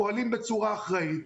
פועלים בצורה אחראית,